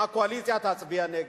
הקואליציה תצביע נגד.